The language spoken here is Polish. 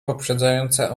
poprzedzające